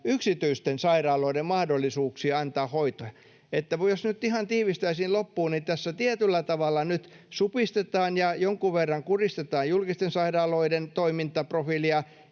yksityisten sairaaloiden mahdollisuuksia antaa hoitoa. Että jos nyt ihan tiivistäisin loppuun, niin tässä tietyllä tavalla nyt supistetaan ja jonkun verran kuristetaan julkisten sairaaloiden toimintaprofiilia